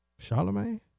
Charlemagne